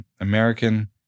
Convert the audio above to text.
American